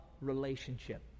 relationship